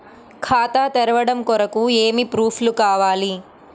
ఖాతా తెరవడం కొరకు ఏమి ప్రూఫ్లు కావాలి?